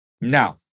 Now